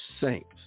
Saints